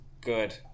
Good